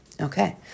Okay